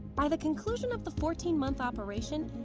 by the conclusion of the fourteen month operation,